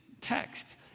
text